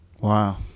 Wow